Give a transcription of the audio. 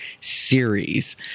series